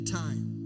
time